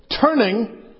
Turning